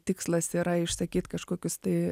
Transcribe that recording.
tikslas yra išsakyt kažkokius tai